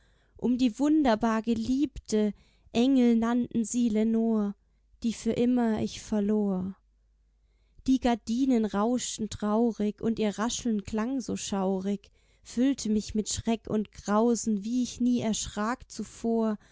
um die wunderbar geliebte engel nannten sie lenor die für immer ich verlor die gardinen rauschten traurig und ihr rascheln klang so schaurig füllte mich mit schreck und grausen wie ich nie erschrak zuvor